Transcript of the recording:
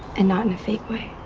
and not in a fake way.